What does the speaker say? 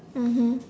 mmhmm